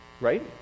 Right